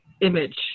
image